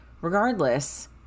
regardless